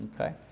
Okay